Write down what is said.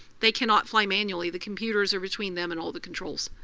they cannot fly manually, the computers are between them and all the controls.